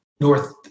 North